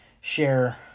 share